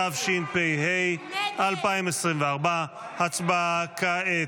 התשפ"ה 2024. הצבעה כעת.